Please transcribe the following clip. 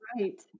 right